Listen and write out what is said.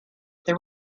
there